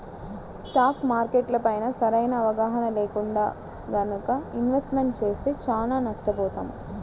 stock మార్కెట్లపైన సరైన అవగాహన లేకుండా గనక ఇన్వెస్ట్మెంట్ చేస్తే చానా నష్టపోతాం